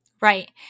right